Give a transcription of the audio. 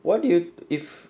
what do you if